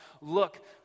look